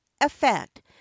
effect